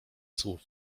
słów